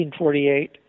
1948